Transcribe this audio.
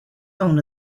own